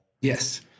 Yes